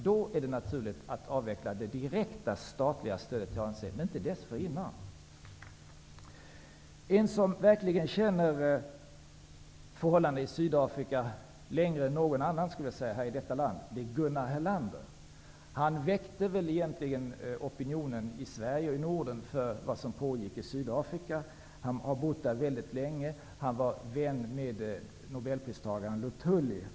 Då är det naturligt att avveckla det direkta, statliga stödet till ANC, men inte dessförinnan. En som verkligen känner förhållandena i Sydafrika mer än någon annan i detta land är Gunnar Helander. Han väckte egentligen opinionen i Sverige och Norden för vad som pågick i Sydafrika. Han har bott där länge. Han var vän med nobelpristagaren Luthuli.